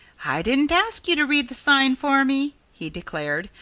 i didn't ask you to read the sign for me, he declared.